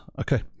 Okay